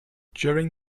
during